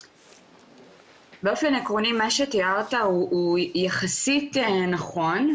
באופן עקרוני מה שתיארת הוא יחסית נכון,